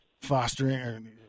fostering